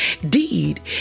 Deed